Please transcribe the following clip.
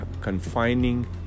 confining